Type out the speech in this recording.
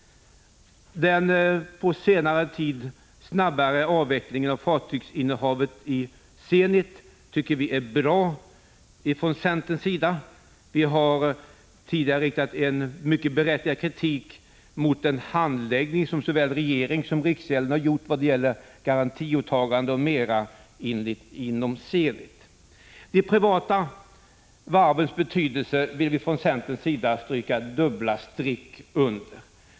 Den på senare tid snabbare avvecklingen av fartygsinnehavet i Zenit tycker vi i centern är bra. Vi har tidigare riktat mycket berättigad kritik mot såväl regeringens som riksgäldskontorets handläggning vad gäller garantiåtaganden m.m. inom Zenit. Vi i centern vill stryka dubbla streck under de privata varvens betydelse.